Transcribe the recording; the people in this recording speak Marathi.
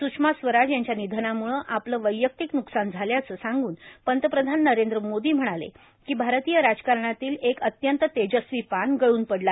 सुषमा स्वराज यांच्या निधनामुळं आपलं वैयक्तिक नुकसान झाल्याचं सांगून पंतप्रधान नरेंद्र मोदी म्हणाले कि भारतीय राजकारणातील एक अत्यंत तेजस्वी पान गळून पडलं